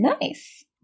nice